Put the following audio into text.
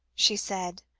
she said,